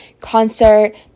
concert